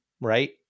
right